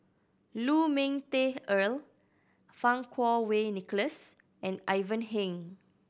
Lu Ming Teh Earl Fang Kuo Wei Nicholas and Ivan Heng